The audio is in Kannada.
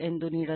2 ನೀಡಲಾಗಿದೆ